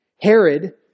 Herod